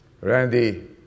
Randy